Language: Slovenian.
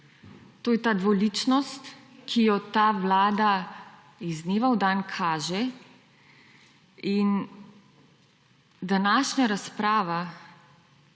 To je ta dvoličnost, ki jo ta vlada iz dneva v dan kaže, in današnja razprava,